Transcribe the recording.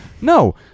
no